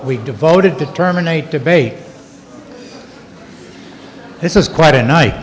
we devoted to terminate debate this is quite a night